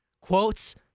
quotes